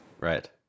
right